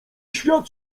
świat